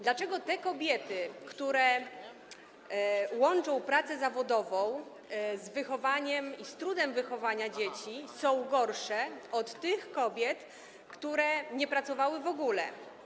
Dlaczego te kobiety, które łączą pracę zawodową z wychowywaniem dzieci, z trudem wychowania dzieci, są gorsze od tych kobiet, które nie pracowały w ogóle?